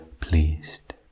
pleased